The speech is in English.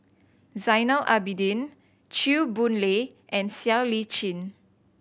Zainal Abidin Chew Boon Lay and Siow Lee Chin